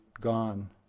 gone